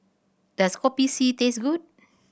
does Kopi C taste good